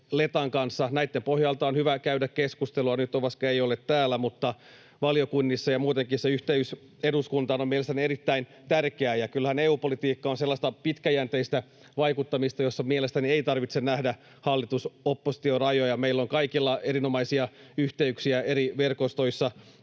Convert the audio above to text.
Lettan kanssa. Näitten pohjalta on hyvä käydä keskustelua. Nyt Ovaska ei ole täällä, mutta valiokunnissa ja muutenkin se yhteys eduskuntaan on mielestäni erittäin tärkeää. Kyllähän EU-politiikka on sellaista pitkäjänteistä vaikuttamista, jossa mielestäni ei tarvitse nähdä hallitus—oppositio-rajoja. Meillä on kaikilla erinomaisia yhteyksiä eri verkostoissa